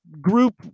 group